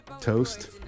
Toast